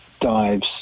dives